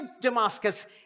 Damascus